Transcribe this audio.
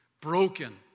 broken